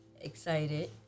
excited